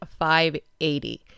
580